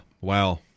Wow